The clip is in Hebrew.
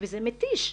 וזה מתיש.